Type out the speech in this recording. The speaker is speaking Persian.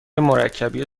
مرکبی